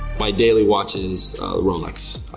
my daily watch is rolex,